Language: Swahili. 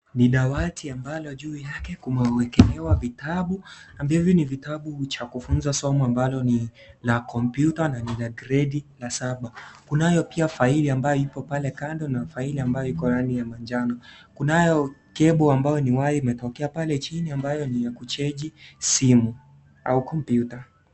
Ni dawati ambalo juu yake kumewekelewa vitabu, ambavyo ni vitabu cha kufunza somo ambalo ni la kompyuta na ni la gredi la saba. Kunayo pia faili ambayo iko pale kando, na faili ambayo iko rangi ya manjano. Kunayo cable ambayo ni waya imetokea pale chini ambayo ni ya kucheji simu au kompyuta.